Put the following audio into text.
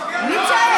בלי צעקות.